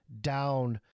down